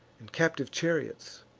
and captive chariots,